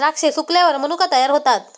द्राक्षे सुकल्यावर मनुका तयार होतात